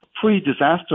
pre-disaster